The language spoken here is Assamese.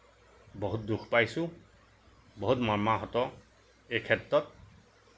বহুত দুখ পাইছোঁ বহুত মৰ্মাহত এই ক্ষেত্ৰত